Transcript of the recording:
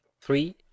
three